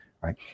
right